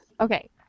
Okay